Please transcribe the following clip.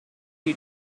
you